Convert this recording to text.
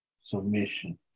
submission